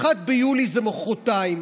1 ביולי זה מוחרתיים.